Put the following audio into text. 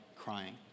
crying